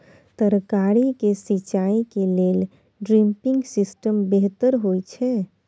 तरकारी के सिंचाई के लेल ड्रिपिंग सिस्टम बेहतर होए छै?